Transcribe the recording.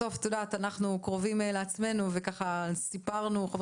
בסוף את יודעת אנחנו קרובים לעצמינו וככה סיפרנו חבר